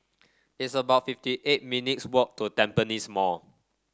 it's about fifty eight minutes' walk to Tampines Mall